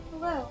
Hello